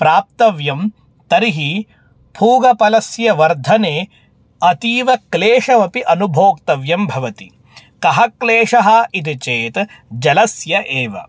प्राप्तव्यं तर्हि पूगीफलस्य वर्धने अतीव क्लेशमपि अनुभोक्तव्यं भवति कः क्लेशः इति चेत् जलस्य एव